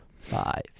five